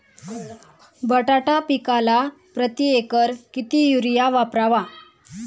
बटाटा पिकाला प्रती एकर किती युरिया वापरावा?